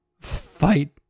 fight